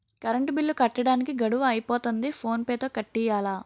current bill కట్టడానికి గడువు అయిపోతంది ఫోన్ పే తో కట్టియ్యాల